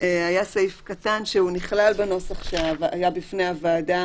היה סעיף קטן שנכלל בנוסח שהיה בפני הוועדה